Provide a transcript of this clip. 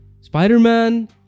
spider-man